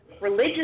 Religious